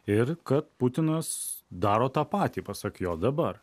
ir kad putinas daro tą patį pasak jo dabar